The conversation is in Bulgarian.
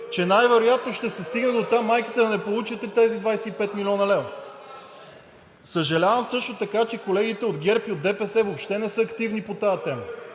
че най-вероятно ще се стигне до там майките да не получат тези 25 млн. лв. Съжалявам също така, че колегите от ГЕРБ и от ДПС въобще не са активни по тази тема.